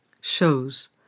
shows